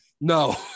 No